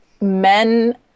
men